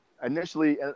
Initially